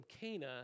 Cana